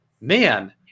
man –